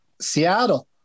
Seattle